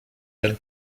ten